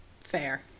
Fair